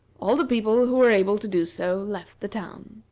all the people who were able to do so left the town.